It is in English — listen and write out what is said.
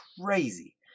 crazy